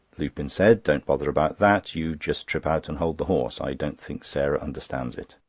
lupin said don't bother about that. you just trip out and hold the horse i don't think sarah understands it.